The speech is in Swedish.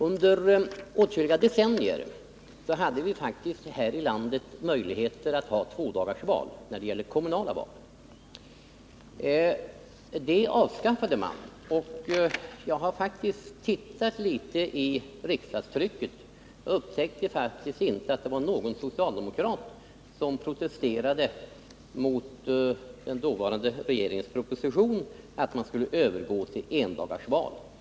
Under åtskilliga decennier hade vi faktiskt här i landet möjligheter att ha tvådagarsval när det gällde kommunala val. Detta avskaffade man. Jag har studerat det aktuella riksdagstrycket, men jag kunde inte upptäcka att någon ialdemokrat protesterad: i ition om ö å socialdemokrai RO es! era |e mot den dåvarande regeringens propositio: lernas öppethålatt man skulle övergå till endagsval.